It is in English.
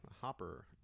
Hopper